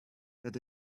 that